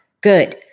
Good